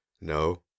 No